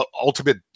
ultimate